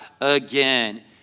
again